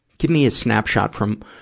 give me a snapshot from,